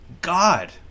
god